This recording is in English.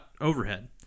overhead